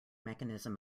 mechanism